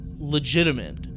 Legitimate